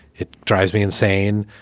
it drives me insane.